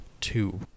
two